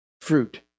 fruit